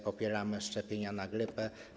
Popieramy szczepienia na grypę.